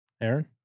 Aaron